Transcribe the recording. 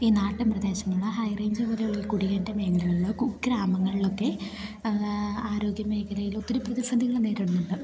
ഈ നാട്ടിൻ പ്രദേശങ്ങൾ ഹൈ റേഞ്ച് പോലെയുള്ള കുടിയേറ്റ മേഖലകളിൽ കുഗ്രാമങ്ങളിലൊക്കെ ആരോഗ്യ മേഖലയിൽ ഒത്തിരി പ്രതിസന്ധികൾ നേരിടുന്നുണ്ട്